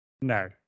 No